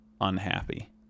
unhappy